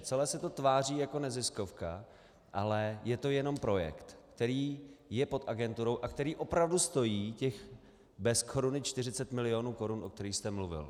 Celé se to tváří jako neziskovka, ale je to jenom projekt, který je pod agenturou a který opravdu stojí těch bez koruny 40 mil. korun, o kterých jste mluvil.